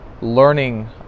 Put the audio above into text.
learning